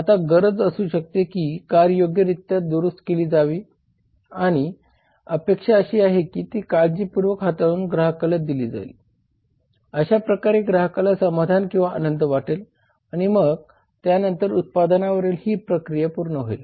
आता गरज असू शकते की कार योग्यरित्या दुरुस्त केली जावी णि अपेक्षा अशी आहे की ती काळजीपूर्वक हाताळून ग्राहकाला दिली जाईल अशा प्रकारे ग्राहकाला समाधान किंवा आनंद वाटेल आणि मगत्यांनतर उत्पादनावरील ही प्रक्रिया पूर्ण होईल